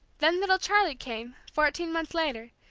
then little charlie came, fourteen months later,